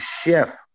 chef